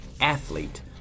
athlete